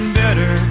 better